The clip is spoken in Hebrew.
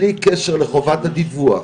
בלי קשר לחובת הדיווח,